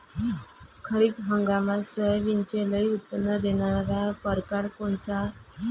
खरीप हंगामात सोयाबीनचे लई उत्पन्न देणारा परकार कोनचा?